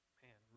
man